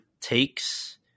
takes